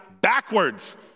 backwards